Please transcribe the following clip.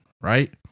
right